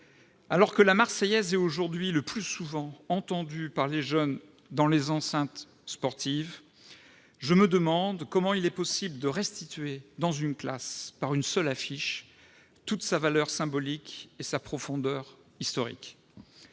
Alors que est aujourd'hui le plus souvent entendue par les jeunes dans les enceintes sportives, je me demande comment il est possible de restituer, dans une classe, par une simple affiche, toute sa valeur symbolique et sa profondeur historique.